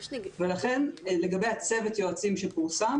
לכן צוות היועצים שפורסם